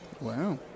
wow